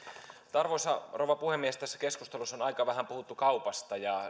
arvoisa rouva puhemies tässä keskustelussa on aika vähän puhuttu kaupasta ja